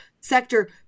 sector